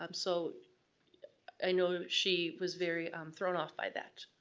um so i know she was very um thrown off by that,